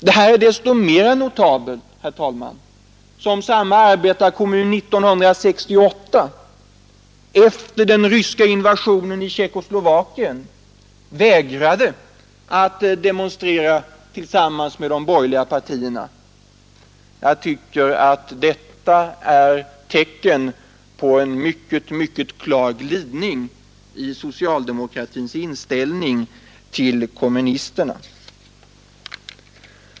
Detta är desto mer notabelt, herr talman, som samma arbetarekommun 1968 efter den ryska invasionen i Tjeckoslovakien vägrade att demonstrera tillsammans med de borgerliga partierna. Jag tycker att detta är tecken på en mycket, mycket klar glidning i socialdemokratins inställning till kommunisterna.